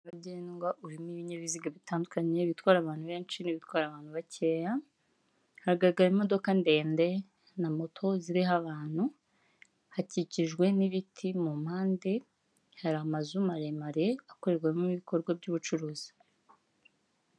Nyabagendwa urimo ibinyabiziga bitandukanye ibitwara abantu benshi n'ibitwara abantu bakeya, hagaragara imodoka ndende na moto ziriho abantu, hakikijwe n'ibiti mu mpande hari amazu maremare akorerwamo ibikorwa by'ubucuruzi.